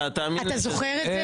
אתה זוכר את זה?